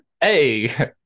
Hey